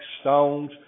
Stones